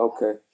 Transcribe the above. Okay